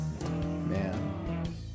man